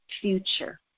future